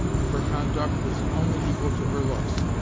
if her conduct was only equal to her looks!